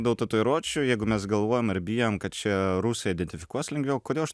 dėl tatuiruočių jeigu mes galvojam ar bijom kad čia rusai identifikuos lengviau kodėl aš